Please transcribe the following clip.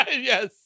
Yes